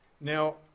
Now